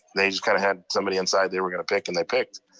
they just kinda had somebody inside they were gonna pick, and they picked.